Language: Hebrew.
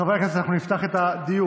חברי הכנסת, אנחנו נפתח את הדיון.